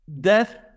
death